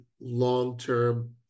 long-term